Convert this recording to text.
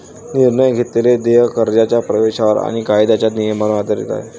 निर्णय घेतलेले देय कर्जाच्या प्रवेशावर आणि कायद्याच्या नियमांवर आधारित आहे